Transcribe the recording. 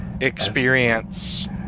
experience